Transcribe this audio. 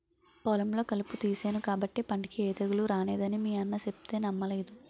పొలంలో కలుపు తీసేను కాబట్టే పంటకి ఏ తెగులూ రానేదని మీ అన్న సెప్తే నమ్మలేదు